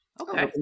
okay